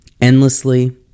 endlessly